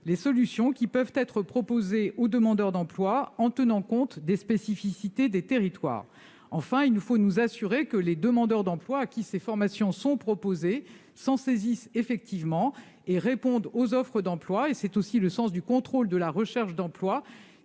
les solutions qui peuvent être proposées aux demandeurs d'emploi, en tenant compte des spécificités des territoires. Enfin, il nous faut nous assurer que les demandeurs d'emploi à qui ces formations sont proposées s'en saisissent effectivement et répondent aux offres d'emploi. C'est tout le sens du contrôle de la recherche d'emploi,